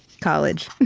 college,